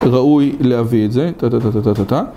ראוי להביא את זה, טה-טה-טה-טה-טה-טה